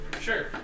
Sure